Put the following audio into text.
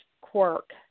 quirk